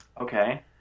Okay